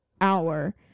hour